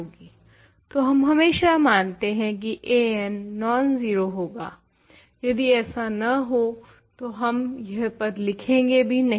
तो हम हमेशा मानते हैं की an नॉन जीरो होगा यदि ऐसा न हो तो हम यह पद लिखेंगे भी नहीं